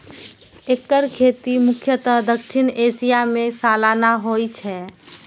एकर खेती मुख्यतः दक्षिण एशिया मे सालाना होइ छै